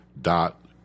dot